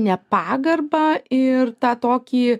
nepagarbą ir tą tokį